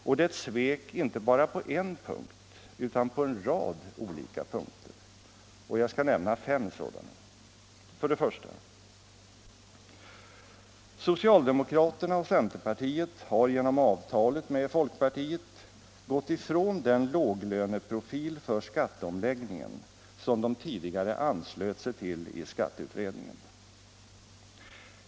Och det är ett svek inte bara på en punkt, utan på en rad olika punkter. 1. Socialdemokraterna och centerpartiet har genom avtalet med folkpartiet gått ifrån den låglöneprofil för skatteomläggningen som de tidigare anslöt sig till i skatteutredningen.